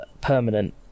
permanent